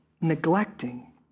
neglecting